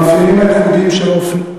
המאפיינים הייחודיים של האופנועים,